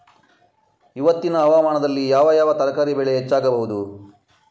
ಇವತ್ತಿನ ಹವಾಮಾನದಲ್ಲಿ ಯಾವ ಯಾವ ತರಕಾರಿ ಬೆಳೆ ಹೆಚ್ಚಾಗಬಹುದು?